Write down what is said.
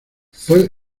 fue